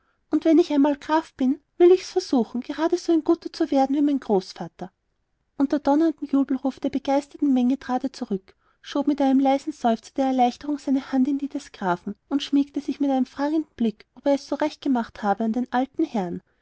und wenn ich einmal graf bin will ich's versuchen gerade so ein guter zu werden wie mein großvater unter donnerndem jubelruf der begeisterten menge trat er zurück schob mit einem leisen seufzer der erleichterung seine hand in die des grafen und schmiegte sich mit einem fragenden blick ob er es so recht gemacht habe an den alten herrn